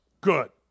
good